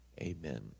Amen